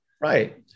Right